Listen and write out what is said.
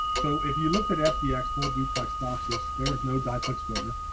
so if you looked at f dx full duplex boxes, there's no dye plex filter